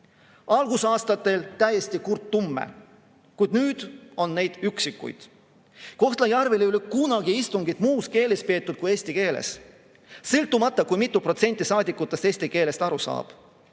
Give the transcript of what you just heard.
selles mõttes täiesti kurttumme, kuid nüüd on neid üksikuid. Kohtla-Järvel ei ole kunagi istungit muus keeles peetud kui eesti keeles, sõltumata sellest, kui mitu protsenti saadikutest eesti keelest aru saab.